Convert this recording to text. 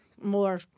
more